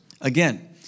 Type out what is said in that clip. Again